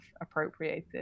appropriated